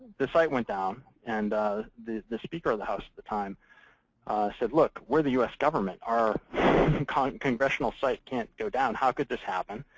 the site went down. and the the speaker of the house at the time said, look, we're the us government. our and kind of congressional site can't go down. how could this happen?